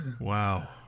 wow